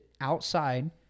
outside